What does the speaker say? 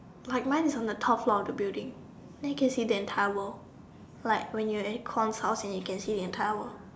like mine is on the top floor of the building then can see the entire world like when you are in a cons house and you can see the entire world